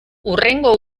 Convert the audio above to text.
hurrengo